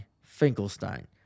Finkelstein